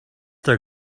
their